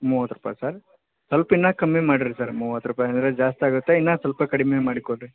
ಮೂವತ್ತು ರೂಪಾಯಿ ಸರ್ ಸ್ವಲ್ಪ ಇನ್ನೂ ಕಮ್ಮಿ ಮಾಡಿರಿ ಸರ್ ಮೂವತ್ತು ರೂಪಾಯಿ ಅಂದರೆ ಜಾಸ್ತಿ ಆಗುತ್ತೆ ಇನ್ನೂ ಸ್ವಲ್ಪ ಕಡ್ಮೆ ಮಾಡಿ ಕೊಡಿರಿ